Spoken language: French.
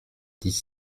dix